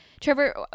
Trevor